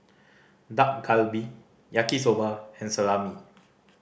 Dak Galbi Yaki Soba and Salami